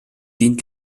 dient